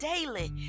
daily